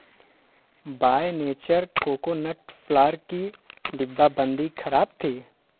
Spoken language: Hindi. बाय नेचर कोकोनट फ्लार की डिब्बाबंदी खराब थी